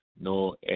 no